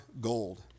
gold